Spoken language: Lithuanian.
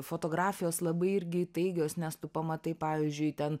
fotografijos labai irgi įtaigios nes tu pamatai pavyzdžiui ten